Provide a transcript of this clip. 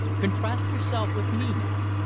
contrast yourself with me, now.